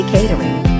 Catering